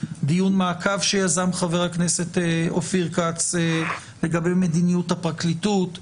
דיון מעקב שיזם חה"כ אופיר כץ לגבי מדיניות הפרקליטות,